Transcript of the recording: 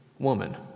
woman